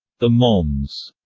the moms.